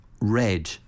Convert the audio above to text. red